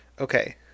okay